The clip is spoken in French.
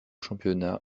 championnat